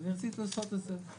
אני רציתי לעשות לזה,